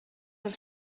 els